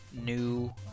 new